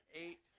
eight